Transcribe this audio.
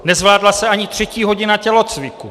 Nezvládla se ani třetí hodina tělocviku.